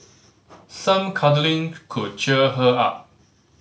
some cuddling could cheer her up